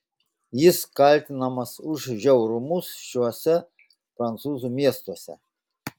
jis kaltinamas už žiaurumus šiuose prancūzų miestuose